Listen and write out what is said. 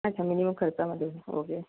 अच्छा मिनिमम खर्चामध्ये ओके